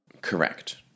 correct